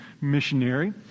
missionary